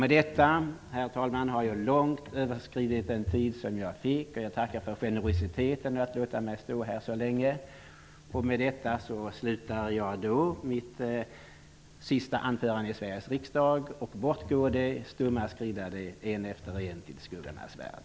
Med detta har jag långt överskridit den tid som jag fick mig tilldelad. Jag tackar för generositeten att låta mig stå i talarstolen så länge. Därmed slutar jag mitt sista anförande i Sveriges riksdag, och bort går de; stumma skrida de, en efter en till skuggornas värld.